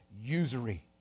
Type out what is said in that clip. usury